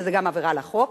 וזאת עבירה על החוק,